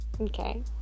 Okay